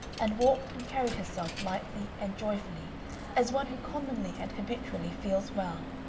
and walked and carried herself lightly and joyfully as one who commonly and habitually feels well,